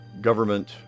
government